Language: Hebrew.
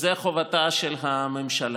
זאת חובתה של הממשלה.